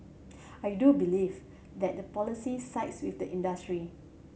I do believe that the policy sides with the industry